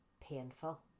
painful